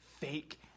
fake